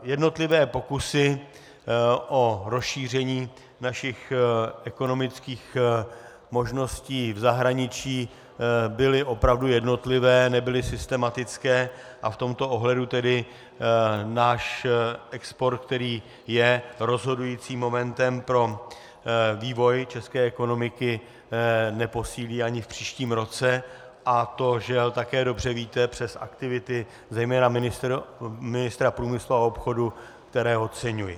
Jednotlivé pokusy o rozšíření našich ekonomických možností v zahraničí byly opravdu jednotlivé, nebyly systematické, a v tomto ohledu tedy náš export, který je rozhodujícím momentem pro vývoj české ekonomiky, neposílí ani v příštím roce, a to, žel, také dobře víte, přes aktivity zejména ministra průmyslu a obchodu, které oceňuji.